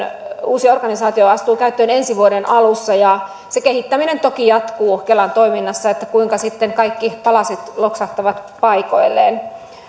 uusi organisaatio astuu käyttöön ensi vuoden alussa kehittäminen toki jatkuu kelan toiminnassa että kuinka sitten kaikki palaset loksahtavat paikoilleen